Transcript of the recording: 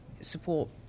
support